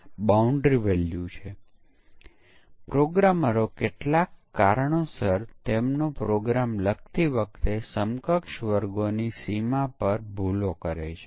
જેમ જેમ સોફ્ટવેર વિકસિત થઈ રહ્યું છે તેનું યુનિટ વિકસતાની સાથે જ તેનું પરીક્ષણ કરવાની જરૂર છે